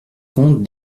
comte